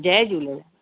Jay Jhulelal